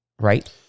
Right